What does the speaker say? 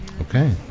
Okay